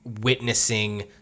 witnessing